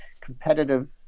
competitive